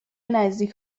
نزدیک